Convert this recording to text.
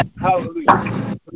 Hallelujah